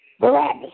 Barabbas